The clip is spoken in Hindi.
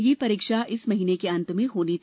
यह परीक्षा इस महीने के अंत में होनी थी